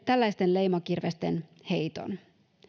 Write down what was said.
tällaisten leimakirvesten heiton